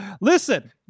Listen